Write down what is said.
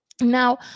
now